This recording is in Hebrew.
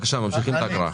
ממשיכים בהקראה.